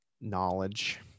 knowledge